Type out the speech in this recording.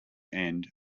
end